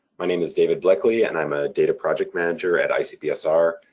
my name is david bleckley and i'm a data project manager at icpsr.